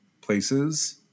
places